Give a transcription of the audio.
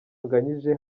anganyije